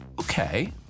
Okay